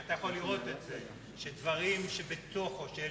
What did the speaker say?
ואתה יכול לראות את זה, שדברים שבתוכו, של